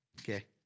Okay